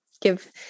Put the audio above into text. give